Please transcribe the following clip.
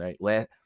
right